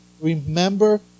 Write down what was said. remember